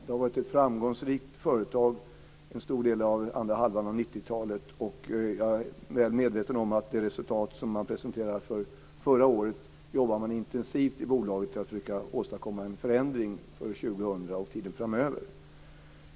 Det har varit ett framgångsrikt företag under en stor del av andra halvan av 90-talet. Jag är väl medveten om det resultat som man presenterade för förra året. Man jobbar intensivt i bolaget för att försöka åstadkomma en förändring för år 2000 och tiden framöver.